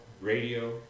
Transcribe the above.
radio